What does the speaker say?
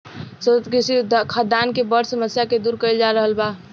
सतत कृषि खाद्यान के बड़ समस्या के दूर कइल जा रहल बा